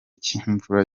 cy’imvura